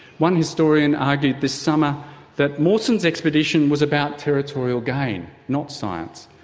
one historian argued this summer that mawson's expedition was about territorial gain, not science.